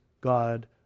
God